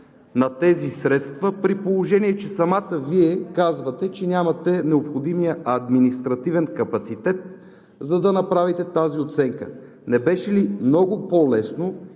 на тези средства, при положение че самата Вие казвате, че нямате необходимия административен капацитет, за да направите тази оценка? Не беше ли много по-лесно